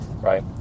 right